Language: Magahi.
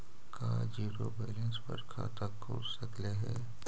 का जिरो बैलेंस पर खाता खुल सकले हे?